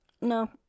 No